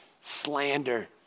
slander